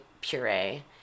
puree